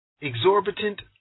exorbitant